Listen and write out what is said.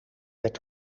werd